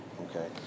Okay